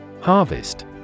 Harvest